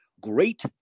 great